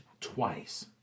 twice